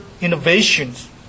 innovations